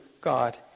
God